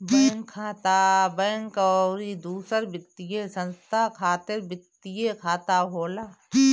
bank खाता, bank अउरी दूसर वित्तीय संस्था खातिर वित्तीय खाता होला